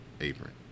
apron